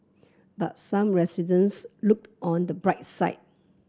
but some residents look on the bright side